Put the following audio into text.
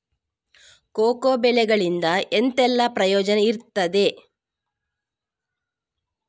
Cocoa ಬೆಳೆಗಳಿಂದ ಎಂತೆಲ್ಲ ಪ್ರಯೋಜನ ಇರ್ತದೆ?